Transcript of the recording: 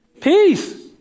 Peace